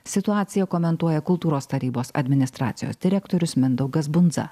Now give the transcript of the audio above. situaciją komentuoja kultūros tarybos administracijos direktorius mindaugas bundza